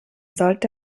sollte